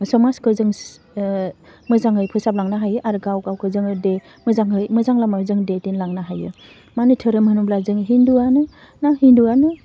समाजखौ जों ओह मोजाङै फोसाबलांनो हायो आरो गाव गावखौ जोङो दै मोजांहै मोजां लामाजों दैदेनलांनो हायो मानि धोरोम होनोब्ला जों हिन्दुआनो ना हिन्दुआनो